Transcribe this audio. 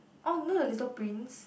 orh know the little prints